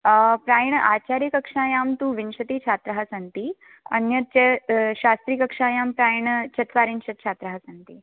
प्रायेण आचार्यकक्षायां तु विंशतिछात्राः सन्ति अन्यच्च शास्त्रिकक्षायां प्रायेण चत्वारिंशत् छात्राः सन्ति